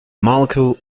molecule